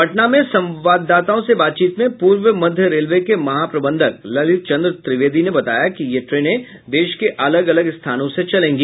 पटना में संवाददाताओं से बातचीत में पूर्व मध्य रेलवे के महाप्रबंधक ललित चंद्र त्रिवेदी ने बताया कि ये ट्रेनें देश के अलग अलग स्थानों से चलेंगी